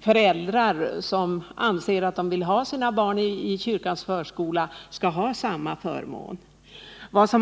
föräldrar som anser att de vill ha sina barn i kyrkans förskola skall ha samma förmån som andra föräldrar.